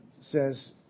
says